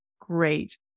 great